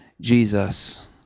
Jesus